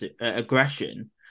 aggression